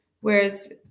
Whereas